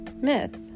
Myth